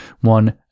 One